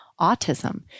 autism